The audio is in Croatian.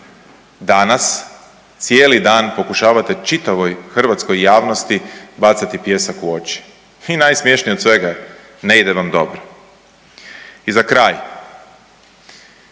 Danas cijeli dan pokušavate čitavoj hrvatskoj javnosti bacati pijesak u oči i najsmješnije od svega je ne ide vam dobro. I za kraj,